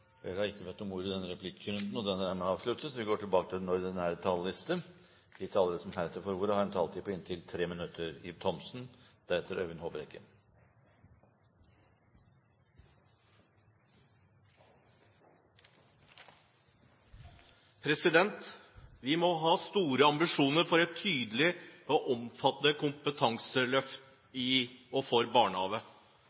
Flere har da ikke bedt om ordet til replikk, og replikkordskiftet er omme. De talere som heretter får ordet, har en taletid på inntil 3 minutter. Vi må ha store ambisjoner for et tydelig og omfattende kompetanseløft